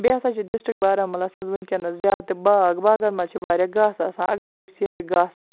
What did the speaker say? بیٚیہِ ہَسا چھُ ڈِسٹرک بارہمولہَس مَنز وٕنکٮ۪نَس زیادٕ باغ باغَن مَنز چھ واریاہ گاسہٕ آسان اگر أسۍ یِہے گاسہٕ